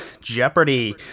Jeopardy